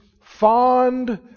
fond